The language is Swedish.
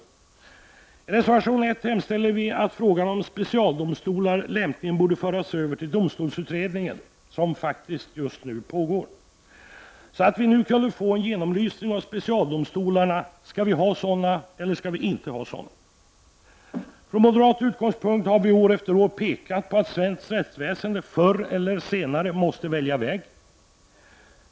I reservation 1 hemställer vi att frågan om specialdomstolar lämpligen skall föras över till domstolsutredningen, som nu pågår. Därigenom skulle vi kunna få en genomlysning av specialdomstolarna. Skall vi ha sådana eller skall vi inte ha sådana? Från moderat utgångspunkt har vi år efter år pekat på att svenskt rättsväsende förr eller senare måste välja väg.